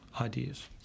ideas